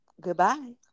Goodbye